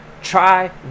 try